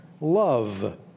love